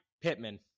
Pittman